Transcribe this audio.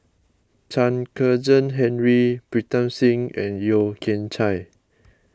Chen Kezhan Henri Pritam Singh and Yeo Kian Chai